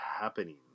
happening